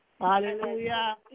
Hallelujah